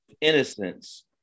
innocence